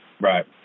Right